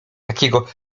takiego